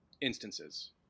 instances